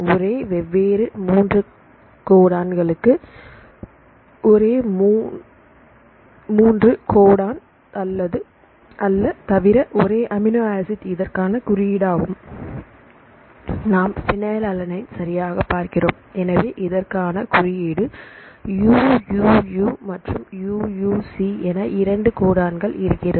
ஒரே 3 வெவ்வேறு கோடானகளுக்கு ஒரு 3 ஒரு கோடான் அல்ல தவிர ஒரே அமினோ ஆசிட் இதற்கான குறியீடாகும் நாம் பினிலாலனினே சரியாக பார்க்கிறோம் எனவே இதற்கான குறியீடு UUU மற்றும்UUC என 2 கோடான கள் இருக்கிறது